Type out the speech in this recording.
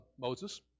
Moses